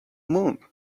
moon